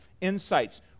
Insights